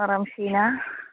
Ramsheena